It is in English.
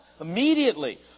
immediately